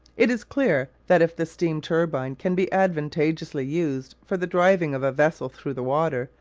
it is clear that if the steam-turbine can be advantageously used for the driving of a vessel through the water,